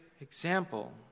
example